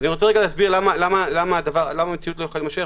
אני רוצה לומר למה המציאות לא יכולה להימשך.